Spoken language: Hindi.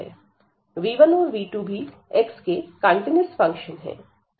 v1 और v2 भी x के कंटीन्यूअस फंक्शन है